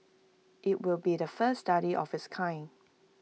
IT will be the first study of its kind